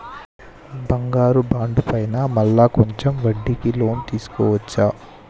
బంగారు బాండు పైన మళ్ళా కొంచెం వడ్డీకి లోన్ తీసుకోవచ్చా?